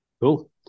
Cool